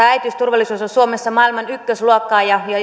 äitiysturvallisuus on suomessa maailman ykkösluokkaa ja